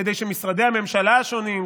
כדי שמשרדי הממשלה השונים,